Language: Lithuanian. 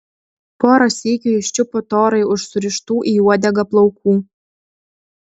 porą sykių jis čiupo torai už surištų į uodegą plaukų